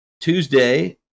Tuesday